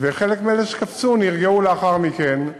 וחלק מאלה שקפצו נרגעו לאחר מכן,